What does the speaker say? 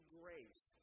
grace